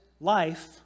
life